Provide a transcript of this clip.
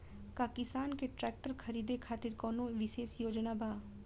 का किसान के ट्रैक्टर खरीदें खातिर कउनों विशेष योजना बा?